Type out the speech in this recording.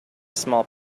small